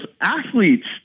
athletes